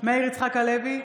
מאיר יצחק הלוי,